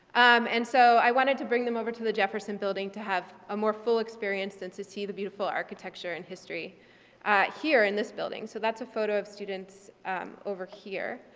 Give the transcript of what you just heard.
um and so i wanted to bring them over to the jefferson building to have a more full experience and to see the beautiful architecture and history here in this building, so that's a photo of students over here.